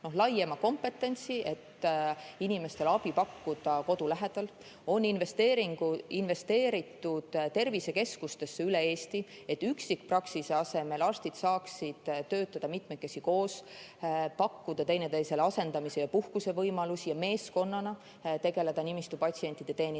laiema kompetentsi, et inimestele abi pakkuda kodu lähedal, on investeeritud tervisekeskustesse üle Eesti, et üksikpraksise asemel arstid saaksid töötada mitmekesi koos, pakkuda teineteisele asendamis- ja puhkusevõimalusi ning meeskonnana tegeleda nimistu patsientide teenindamisega.